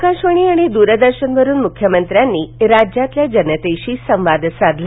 आकाशवाणी आणि द्ररदर्शन वरून मुख्यमंत्र्यांनी राज्यातल्या जनतेशी संवाद साधला